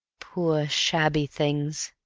poor shabby things!